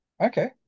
Okay